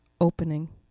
opening